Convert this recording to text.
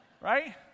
right